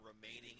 remaining